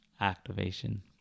activation